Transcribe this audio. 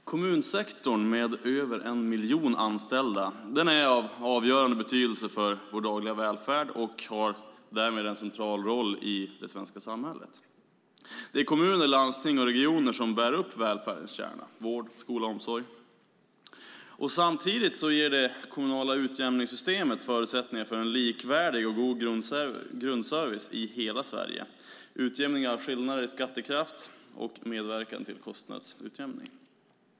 Fru talman! Kommunsektorn med över 1 miljon anställda är av avgörande betydelse för vår dagliga välfärd och har därmed en central roll i det svenska samhället. Det är kommuner, landsting och regioner som bär upp välfärdens kärna - vård, skola och omsorg. Samtidigt ger det kommunala utjämningssystemet förutsättningar för en likvärdig och god grundservice i hela Sverige, utjämning av skillnader i skattekraft och medverkan till kostnadsutjämning.